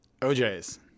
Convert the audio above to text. OJs